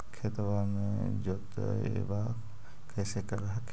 खेतबा के जोतय्बा कैसे कर हखिन?